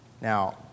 Now